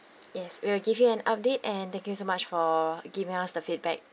yes we will give you an update and thank you so much for giving us the feedback